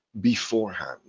beforehand